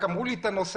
רק אמרו לי את הנושא,